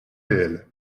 réel